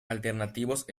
alternativos